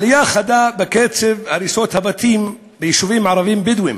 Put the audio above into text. עלייה חדה בקצב הריסות הבתים ביישובים ערביים-בדואיים: